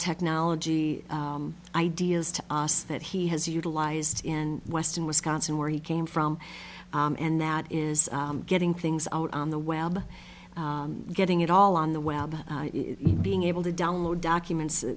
technology ideas to us that he has utilized in western wisconsin where he came from and that is getting things out on the web getting it all on the web being able to download documents